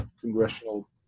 congressional